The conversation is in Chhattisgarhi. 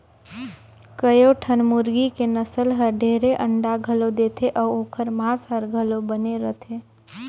कयोठन मुरगी के नसल हर ढेरे अंडा घलो देथे अउ ओखर मांस हर घलो बने रथे